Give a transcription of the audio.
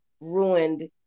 ruined